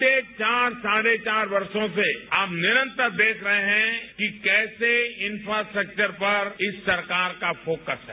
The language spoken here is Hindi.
बीर्ते चार साढ़े चार कर्षों से आप निरंतर देख रहे हैं कि कैसे इक्कास्ट्रक्वर पर इस सरकार का फोकस है